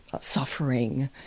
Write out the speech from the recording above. suffering